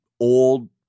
old